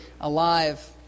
alive